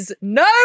No